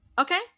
Okay